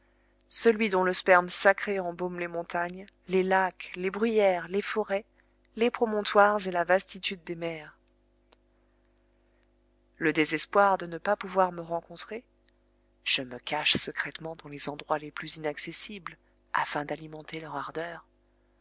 celui dont le sperme sacré embaume les montagnes les lacs les bruyères les forêts les promontoires et la vastitude des mers le désespoir de ne pas pouvoir me rencontrer je